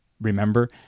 remember